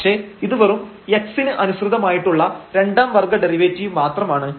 പക്ഷേ ഇത് വെറും x ന് അനുസൃതമായിട്ടുള്ള രണ്ടാം വർഗ്ഗ ഡെറിവേറ്റീവ് മാത്രമാണ്